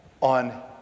on